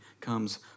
comes